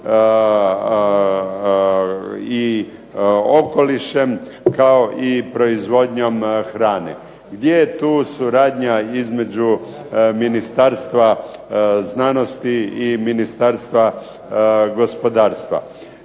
i okolišem kao i proizvodnjom hrane. Gdje je tu suradnja između Ministarstva znanosti i Ministarstva gospodarstva?